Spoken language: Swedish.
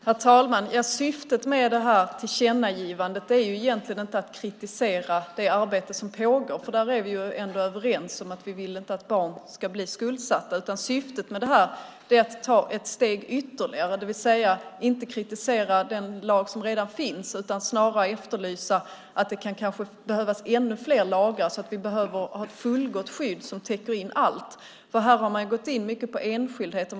Herr talman! Syftet med det här tillkännagivandet är egentligen inte att kritisera det arbete som pågår. Vi är ändå överens om att vi inte vill att barn ska bli skuldsatta. Syftet med det här är att ta ett steg ytterligare, det vill säga inte att kritisera den lag som redan finns. Det handlar snarare om att det kanske kan behövas ännu fler lagar, så att vi har ett fullgott skydd som täcker in allt. Här har man nämligen gått in mycket på enskildheter.